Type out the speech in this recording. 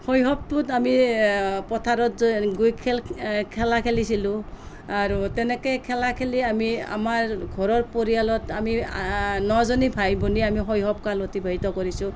শৈশৱটোত আমি পথাৰত গৈ খেল খেলা খেলিছিলোঁ আৰু তেনেকৈ খেলা খেলি আমি আমাৰ ঘৰৰ পৰিয়ালত আমি ন জনী ভাই ভনী আমি শৈশৱ কাল অতিবাহিত কৰিছোঁ